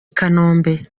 kanombe